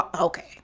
okay